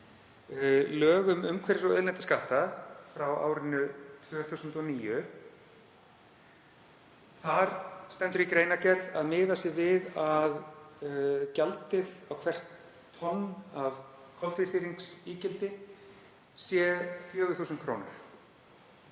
lög um umhverfis- og auðlindaskatta frá árinu 2009. Þar stendur í greinargerð að miðað sé við að gjaldið á hvert tonn af koltvísýringsígildi sé 4.000 kr.